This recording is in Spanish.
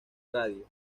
radio